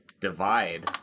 divide